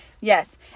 yes